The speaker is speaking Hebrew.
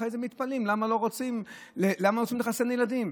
אחרי זה מתפלאים למה לא רוצים לחסן ילדים.